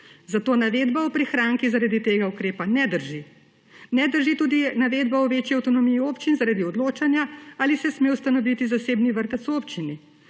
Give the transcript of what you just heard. Zato navedba o prihrankih zaradi tega ukrepa ne drži. Ne drži tudi navedba o večji avtonomiji občin zaradi odločanja, ali se sme ustanoviti zasebni vrtec v občini.